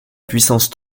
puissance